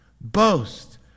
Boast